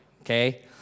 Okay